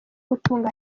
gutunganya